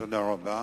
תודה רבה.